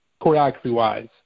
choreography-wise